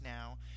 now